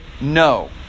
No